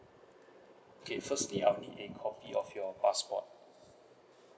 okay firstly I will need a copy of your passport